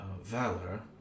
Valor